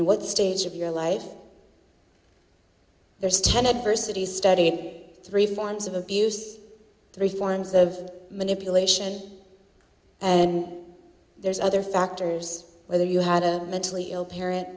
what stage of your life there's ten adversity studying three forms of abuse three forms of manipulation and there's other factors whether you had a mentally ill parent